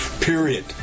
Period